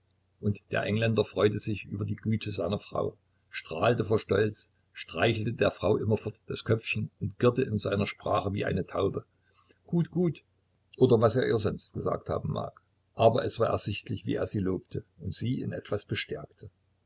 und der engländer freute sich über die güte seiner frau strahlte vor stolz streichelte der frau immerfort das köpfchen und girrte in seiner sprache wie eine taube gut gut oder was er ihr sonst gesagt haben mag aber es war ersichtlich wie er sie lobte und sie in etwas bestärkte